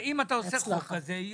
אם אתה עושה חוק כזה,